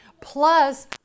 plus